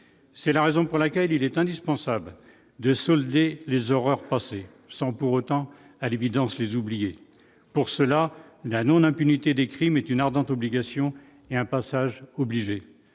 c'est la raison pour laquelle il est indispensable de solder les horreurs passées sans pour autant à l'évidence les oublier pour cela la non-impunité des crimes est une ardente obligation est un passage obligé,